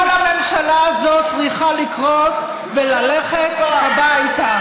כל הממשלה הזאת צריכה לקרוס וללכת הביתה.